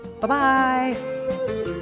Bye-bye